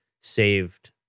saved